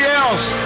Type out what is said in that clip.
else